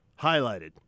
highlighted